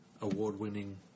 award-winning